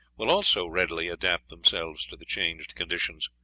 will also readily adapt themselves to the changed conditions.